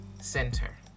center